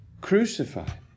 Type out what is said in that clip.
crucified